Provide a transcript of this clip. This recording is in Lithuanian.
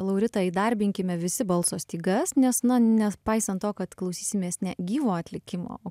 laurita įdarbinkime visi balso stygas nes na nepaisant to kad klausysimės ne gyvo atlikimo o